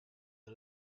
the